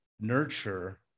nurture